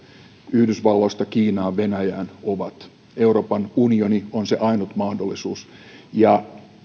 yhdysvalloista kiinaan ja venäjään ovat euroopan unioni on se ainut mahdollisuus ja